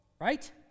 right